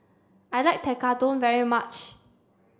I like Tekkadon very much